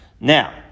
Now